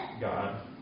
God